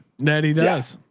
nanny does.